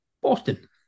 Boston